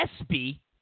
espy